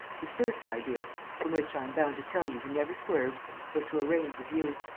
his first idea from which, i am bound to tell you, he never swerved was to arrange with you.